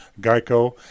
Geico